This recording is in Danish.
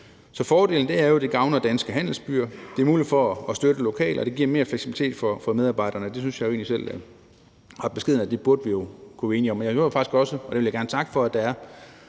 Så fordelen er jo, at det gavner danske handelsbyer, giver mulighed for at støtte lokalt og giver mere fleksibilitet for medarbejderne. Og det synes jeg jo egentlig selv ret beskedent vi burde kunne blive enige om. Jeg hører faktisk også, og det vil jeg gerne takke for, at der er